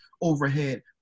overhead